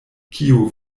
kiu